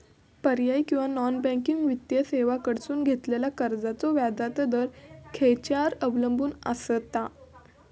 पर्यायी किंवा non banking वित्तीय सेवांकडसून घेतलेल्या कर्जाचो व्याजाचा दर खेच्यार अवलंबून आसता?